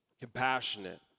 compassionate